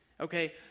Okay